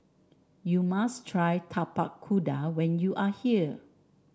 you must try Tapak Kuda when you are here